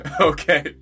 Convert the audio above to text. Okay